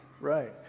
right